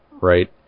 right